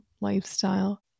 lifestyle